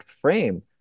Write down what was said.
frame